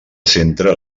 centre